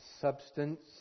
substance